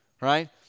right